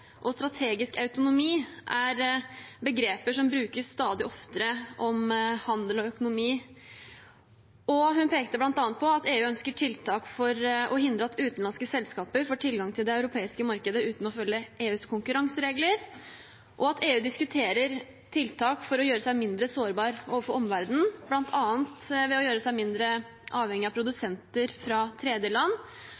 og strategisk autonomi er begreper som brukes stadig oftere om handel og økonomi. Hun pekte bl.a. på at EU ønsker tiltak for å hindre at utenlandske selskaper får tilgang til det europeiske markedet uten å følge EUs konkurranseregler, og at EU diskuterer tiltak for å gjøre seg mindre sårbare overfor omverdenen, bl.a. ved å gjøre seg mindre avhengige av